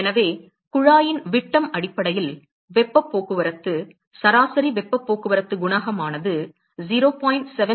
எனவே குழாயின் விட்டம் அடிப்படையில் வெப்பப் போக்குவரத்து சராசரி வெப்பப் போக்குவரத்து குணகம் ஆனது 0